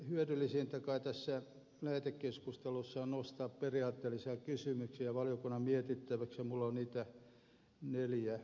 hyödyllisintä kai tässä lähetekeskustelussa on nostaa periaatteellisia kysymyksiä valiokunnan mietittäväksi ja minulla on niitä neljä kappaletta